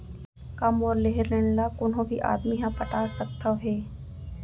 का मोर लेहे ऋण ला कोनो भी आदमी ह पटा सकथव हे?